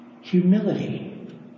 Humility